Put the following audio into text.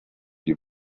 die